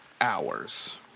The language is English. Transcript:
hours